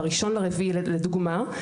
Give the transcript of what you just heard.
ב-1 באפריל לדוגמה,